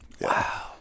wow